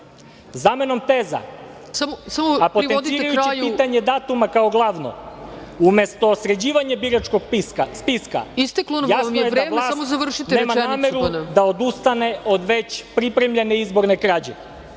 Zamenom teza, a potencirajući pitanje datuma kao glavno, umesto sređivanja biračkog spiska jasno je da vlast nema nameru da odustane od već pripremljene izborne krađe.